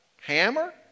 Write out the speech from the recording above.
Hammer